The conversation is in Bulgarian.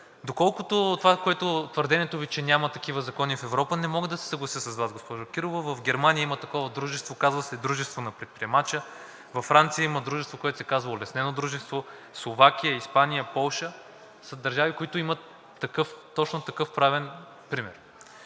Доколкото твърдението Ви, че няма такива закони в Европа, не мога да се съглася с Вас, госпожо Кирова. В Германия има такова дружество – казва се „Дружество на предприемача“, във Франция има дружество, което се казва „Улеснено дружество“, в Словакия, в Испания, в Полша – държави, които имат точно такъв правен пример.